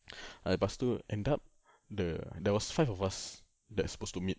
ah lepas tu end up the there was five of us that's supposed to meet